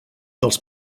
dels